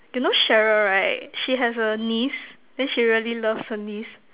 you know Sheryl right she has a niece then she really loves her niece